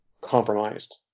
compromised